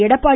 Edappadi